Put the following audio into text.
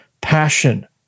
Passion